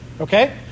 Okay